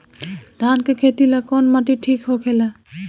धान के खेती ला कौन माटी ठीक होखेला?